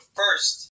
first